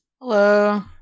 Hello